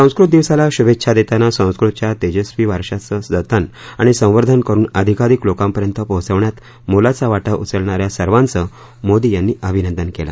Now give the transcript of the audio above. संस्कृत दिवसाला शूभेच्छा देताना संस्कृतच्या तेजस्वी वारशाचं जतन आणि संवर्धन करुन आधिकाधिक लोकांपर्यंत पोहोचवण्यात मोलाचा वाटा उचलणाऱ्या सर्वांचं मोदी यांनी अभिनंदन केलं